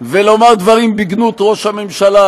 ולומר דברים בגנות ראש הממשלה,